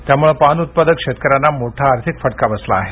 त्यामुळे पान उत्पादक शेतकऱ्यांना मोठा आर्थिक फटका बसला आहे